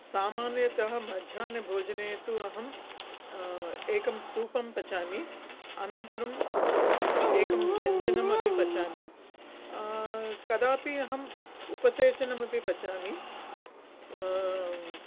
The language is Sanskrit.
सामान्यतः मध्याह्णभोजने तु अहं एकं सूपं पचामि अनन्तरं एकं व्यञ्जनमपि पचामि कदापि अहम् उपसेचनं अपि पचामि